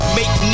make